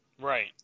Right